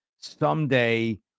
someday